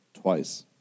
twice